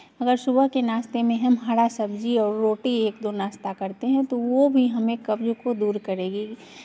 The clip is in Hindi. अगर सुबह के नाश्ते में हम हरा सब्ज़ी और रोटी एक दो नाश्ता करते हैं तो वो भी हमें कब्ज़ को दूर करेगी